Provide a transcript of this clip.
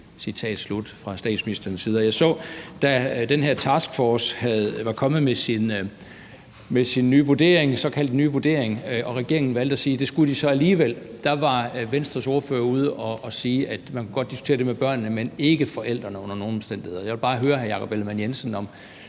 den her taskforce var kommet med sin såkaldte nye vurdering og regeringen valgte at sige, at det skulle de så alligevel, at da var Venstres ordfører ude at sige, at man godt kunne diskutere det med børnene, men ikke under nogen omstændigheder forældrene. Jeg vil bare høre hr. Jakob Ellemann-Jensen, om